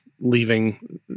leaving